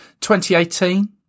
2018